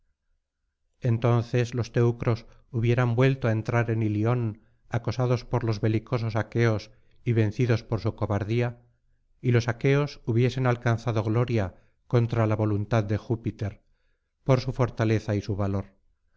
entonces los teucros hubieran vuelto á entrar en ilion acosados por los belicosos aqueos y vencidos por su cobardía y los aqueos hubiesen alcanzado gloria contra la voluutad de júpiter por su fortaleza y su valor